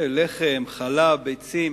לחם, חלב, ביצים